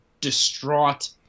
distraught